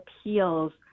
Appeals